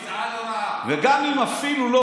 וגם אם לא,